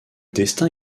destin